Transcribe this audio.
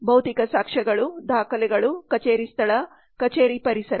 ಭೌತಿಕ ಸಾಕ್ಷ್ಯಗಳು ದಾಖಲೆಗಳು ಕಚೇರಿ ಸ್ಥಳ ಕಚೇರಿ ಪರಿಸರ